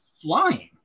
flying